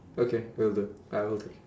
okay will do I will take